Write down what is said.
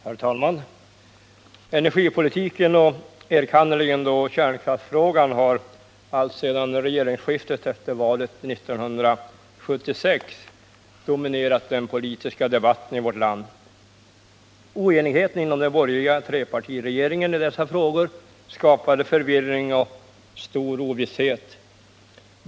Herr talman! Energipolitiken, enkannerligen kärnkraftsfrågan, har alltsedan regeringsskiftet efter valet 1976 dominerat den politiska debatten i vårt land. Oenigheten inom den borgerliga trepartiregeringen i dessa frågor skapade förvirring och stor ovisshet.